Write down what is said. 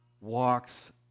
walks